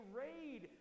raid